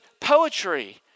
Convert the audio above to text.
poetry